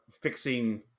fixing